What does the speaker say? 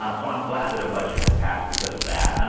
um so i'm glad that a budget has passed because of that. and